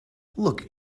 look